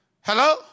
Hello